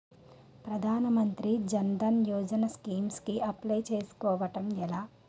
ప్రధాన మంత్రి జన్ ధన్ యోజన స్కీమ్స్ కి అప్లయ్ చేసుకోవడం ఎలా?